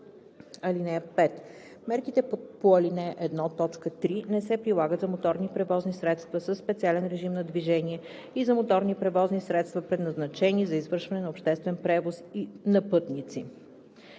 (5) Мерките по ал. 1, т. 3 не се прилагат за моторни превозни средства със специален режим на движение и за моторни превозни средства, предназначени за извършване на обществен превоз на пътници.“